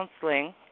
counseling